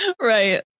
right